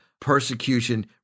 persecution